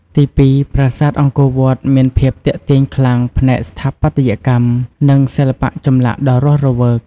ទីពីរ ប្រាសាទអង្គរវត្តមានភាពទាក់ទាញខ្លាំងផ្នែកស្ថាបត្យកម្ម និងសិល្បៈចម្លាក់ដ៏រស់រវើក។